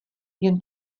jen